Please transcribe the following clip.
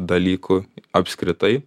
dalykų apskritai